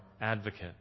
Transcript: advocate